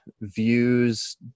views